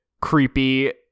creepy